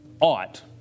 ought